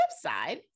side